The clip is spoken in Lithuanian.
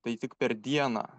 tai tik per dieną